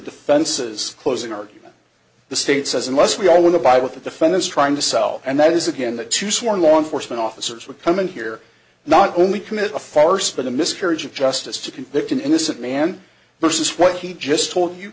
defense's closing argument the state says unless we all want to buy with the defense trying to sell and that is again the two sworn law enforcement officers we come in here not only commit a farce but a miscarriage of justice to convict an innocent man versus what he just told you